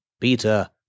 Peter